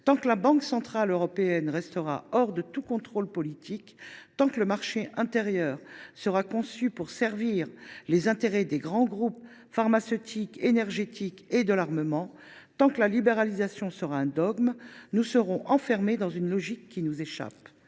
Tant que la Banque centrale européenne (BCE) restera hors de tout contrôle politique, tant que le marché intérieur sera conçu pour servir les intérêts des grands groupes pharmaceutiques, énergétiques et de l’armement, tant que la libéralisation sera un dogme, nous serons enfermés dans une logique qui nous échappe.